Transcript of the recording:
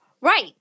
Right